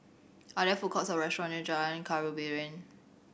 are there food courts or restaurants near Jalan Khairuddin